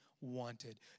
wanted